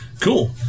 Cool